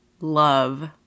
love